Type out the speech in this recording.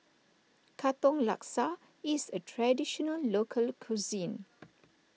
Katong Laksa is a Traditional Local Cuisine